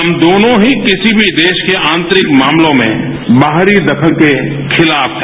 हम दोनों ही किसी भी देश के आंतरिक मामलों में बाहरी दखल के खिलाफ हैं